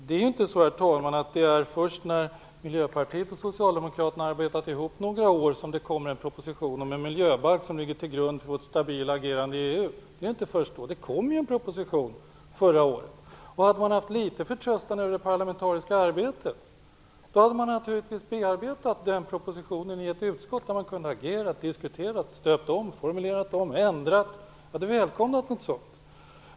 Det är inte så, herr talman, att det är först när Miljöpartiet och Socialdemokraterna har arbetat ihop några år som det kommer en proposition om en miljöbalk, som skall ligga till grund för vårt stabila agerande i EU. Det kom ju en proposition förra året! Om man hade haft litet förtröstan på det parlamentariska arbetet hade man naturligtvis bearbetat den propositionen i ett utskott, där man kunde ha agerat, diskuterat, stöpt om, formulerat om och ändrat. Jag hade välkomnat något sådant.